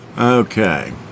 Okay